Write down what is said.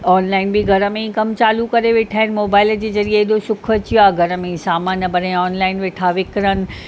online ॿि घर में ई कम चालू करे वेठा आहिनि मोबाइल जे ज़रिए एॾो सुखु अची वियो आहे घर में सामान भरे ऑनलाइन वेठा विकिणनि